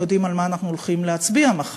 לא באמת יודעים על מה אנחנו הולכים להצביע מחר,